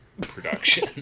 production